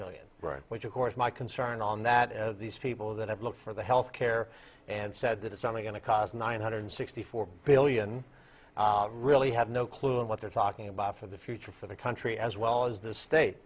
million which of course my concern on that is these people that have looked for the health care and said that it's only going to cost nine hundred sixty four billion really have no clue what they're talking about for the future for the country as well as the state